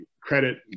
credit